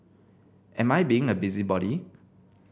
am I being a busybody